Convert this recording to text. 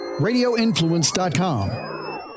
RadioInfluence.com